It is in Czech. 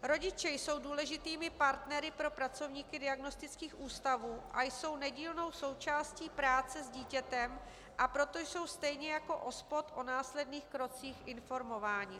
Rodiče jsou důležitými partnery pro pracovníky diagnostických ústavů a jsou nedílnou součástí práce s dítětem, a proto jsou stejně jako OSPOD o následných krocích informováni.